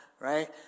right